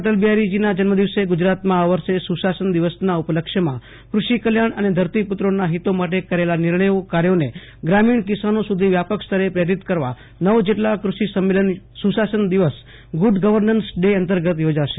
અટલ બિહારીજીના જન્મદિવસે ગુજરાતમાં આ વર્ષે સુશાસન દિવસના ઉપલક્ષ્યમાં કૃષિ કલ્યાણ અને ધરતીપુત્રોના હિતો માટે કરેલા નિર્ણયો કાર્યોને ગ્રામીણ કિસાનો સુધી વ્યાપક સ્તરે પ્રેરિતકરવા નવ જેટલા ફ્રષિ સંમેલન સુશાસન દિવસ ગુડ ગર્વનન્સ ડે અંતર્ગત યોજાશે